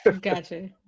gotcha